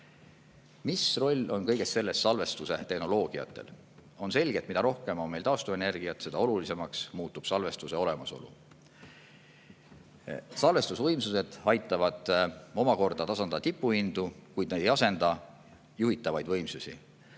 Mis roll on kõiges selles salvestustehnoloogial? On selge, et mida rohkem on meil taastuvenergiat, seda olulisemaks muutub salvestuse olemasolu. Salvestusvõimsused aitavad omakorda tasandada tipuhindu, kuid need ei asenda juhitavaid võimsusi.